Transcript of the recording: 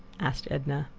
asked edna.